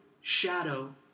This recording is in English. shadow